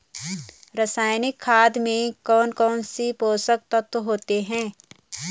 रासायनिक खाद में कौन कौन से पोषक तत्व होते हैं?